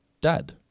dad